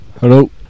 Hello